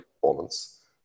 performance